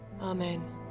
Amen